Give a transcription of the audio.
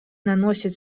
наносит